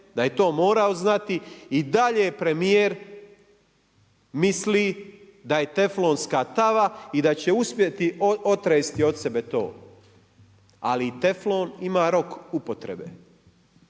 da je to morao znati i dalje premijer misli da je teflonska tava i da će uspjeti otresti od sebe to. Ali i teflon ima rok upotrebe